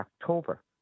October